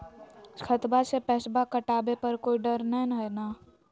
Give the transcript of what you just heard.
खतबा से पैसबा कटाबे पर कोइ डर नय हय ना?